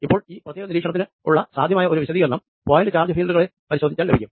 ഇപ്പോൾ ഈ പ്രത്യേക നിരീക്ഷണത്തിനുള്ള സാധ്യമായ ഒരു വിശദീകരണം പോയിന്റ് ചാർജ് ഫീൽഡുകളെ പരിശോധിച്ചാൽ ലഭിക്കും